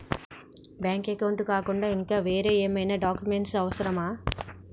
Bank account కాకుండా ఇంకా వేరే ఏమైనా డాక్యుమెంట్స్ అవసరమా?